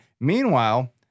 Meanwhile